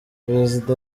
perezida